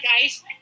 guys